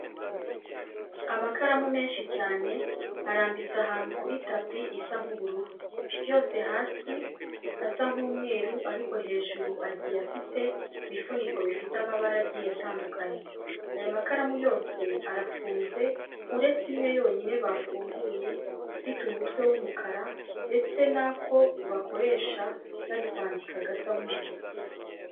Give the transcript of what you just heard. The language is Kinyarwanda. Amakaramu menshi cyane arambitse ahantu kuri tapi isa nk'ubururu, yose hasi asa nk'umweru ariko hejuru agiye afite ibifuniko bifite amabara agiye atandukanye. Aya makaramu yose arafunze uretse imwe yonyine bafunguye ifite umutwe w'umukara ndetse n'ako bakoresha bari kwandika gasa nk'umutuku.